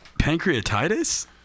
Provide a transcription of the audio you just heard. pancreatitis